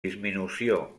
disminució